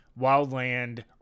wildland